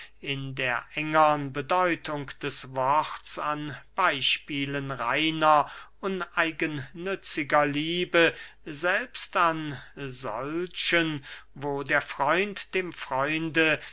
in der engern bedeutung des worts an beyspielen reiner uneigennütziger liebe selbst an solchen wo der freund dem freunde